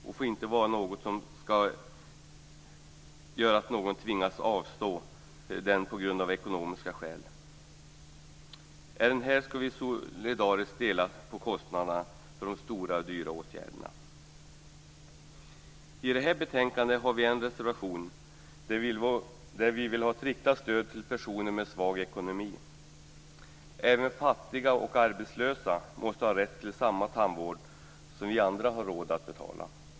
Det får inte vara så att någon tvingas avstå från det på grund av ekonomiska skäl. Även här skall vi solidariskt dela på kostnaderna för de stora och dyra åtgärderna. I det här betänkandet har vi en reservation där vi vill ha ett riktat stöd till personer med svag ekonomi. Även fattiga och arbetslösa måste ha rätt till samma tandvård som vi andra har råd att betala.